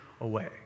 away